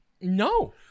No